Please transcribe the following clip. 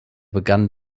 begann